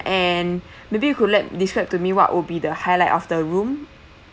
and maybe you could let describe to me what would be the highlight of the room